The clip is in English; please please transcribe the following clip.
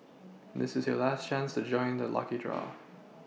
this is your last chance to join the lucky draw